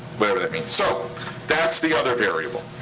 whatever that means. so that's the other variable.